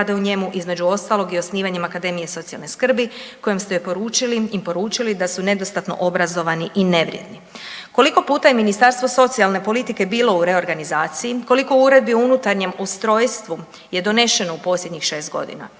rade u njemu, između ostalog i osnivanjem Akademije socijalne skrbi kojom ste im poručili da su nedostatno obrazovani i nevrijedni. Koliko puta je Ministarstvo socijalne politike bilo u reorganizaciji, koliko uredbi o unutarnjem ustrojstvu je donešeno u posljednjih šest godina?